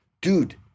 dude